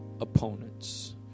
opponents